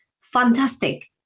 Fantastic